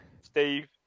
Steve